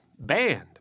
Banned